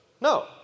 No